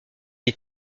les